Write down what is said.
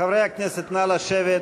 חברי הכנסת, נא לשבת.